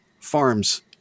farms